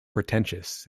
pretentious